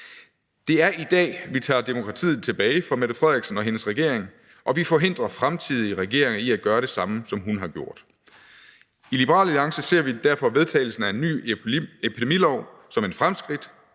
Det er i dag, vi tager demokratiet tilbage fra Mette Frederiksen og hendes regering, og vi forhindrer fremtidige regeringer i at gøre det samme, som hun har gjort. I Liberal Alliance ser vi derfor vedtagelsen af en ny epidemilov som et fremskridt